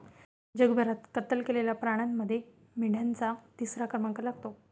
जगभरात कत्तल केलेल्या प्राण्यांमध्ये मेंढ्यांचा तिसरा क्रमांक लागतो